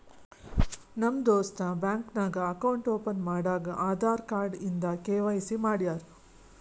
ನಮ್ ದೋಸ್ತ ಬ್ಯಾಂಕ್ ನಾಗ್ ಅಕೌಂಟ್ ಓಪನ್ ಮಾಡಾಗ್ ಆಧಾರ್ ಕಾರ್ಡ್ ಇಂದ ಕೆ.ವೈ.ಸಿ ಮಾಡ್ಯಾರ್